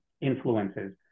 influences